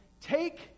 Take